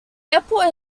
airport